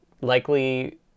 likely